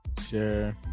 Share